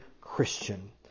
Christian